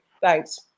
Thanks